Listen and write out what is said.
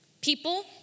People